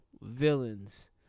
Villains